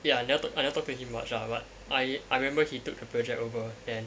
ya now but I never talk to him much lah but I I remember he took the project over